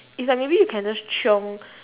it's like maybe you can just chiong